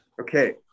Okay